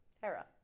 Hera